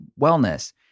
wellness